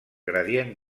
gradient